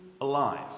alive